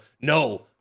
no